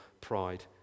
pride